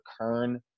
Kern